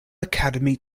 academy